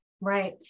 Right